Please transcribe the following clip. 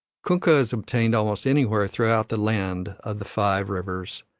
kunkah is obtained almost anywhere throughout the land of the five rivers,